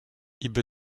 ibn